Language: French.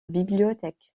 bibliothèque